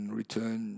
return